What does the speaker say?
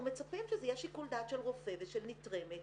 אנחנו מצפים שזה יהיה שיקול דעת של רופא ושל נתרמת.